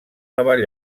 nova